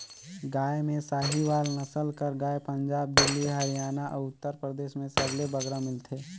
गाय में साहीवाल नसल कर गाय पंजाब, दिल्ली, हरयाना अउ उत्तर परदेस में सबले बगरा मिलथे